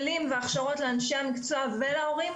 כלים והכשרות לאנשי המקצוע ולהורים,